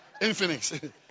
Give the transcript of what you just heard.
Infinix